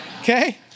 okay